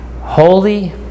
holy